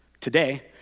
Today